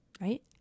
right